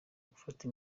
gufata